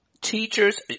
teachers